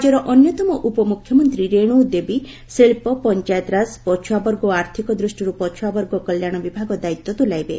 ରାଜ୍ୟର ଅନ୍ୟତମ ଉପମୁଖ୍ୟମନ୍ତ୍ରୀ ରେଣୁ ଦେବୀ ଶିଳ୍ପ ଫଚାୟତିରାଜ ପଛୁଆ ବର୍ଗ ଓ ଆର୍ଥିକ ଦୃଷ୍ଟିରୁ ପଛୁଆ ବର୍ଗ କଲ୍ୟାଣ ବିଭାଗ ଦାୟିତ୍ୱ ତୁଲାଇବେ